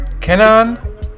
Kenan